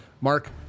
Mark